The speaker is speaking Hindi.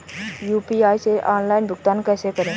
यू.पी.आई से ऑनलाइन भुगतान कैसे करें?